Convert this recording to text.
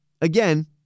again